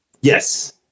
Yes